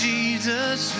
Jesus